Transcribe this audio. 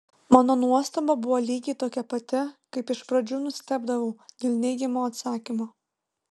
mano nuostaba buvo lygiai tokia pati kaip iš pradžių nustebdavau dėl neigiamo atsakymo